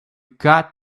got